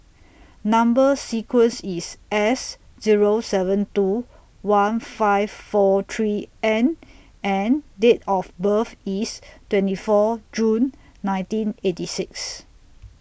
Number sequence IS S Zero seven two one five four three N and Date of birth IS twenty four June nineteen eighty six